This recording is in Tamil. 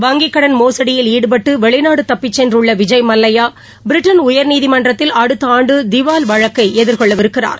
வங்கிக்கடன் மோசடியில் ஈடுபட்டு வெளிநாடு தப்பிச் சென்றுள்ள விஜய் மல்லையா பிரிட்டன் உயர்நீதிமன்றத்தில் அடுத்த ஆண்டு திவால் வழக்கை எதிர்கொள்ளவிருக்கிறார்